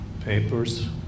papers